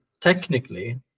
technically